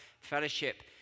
Fellowship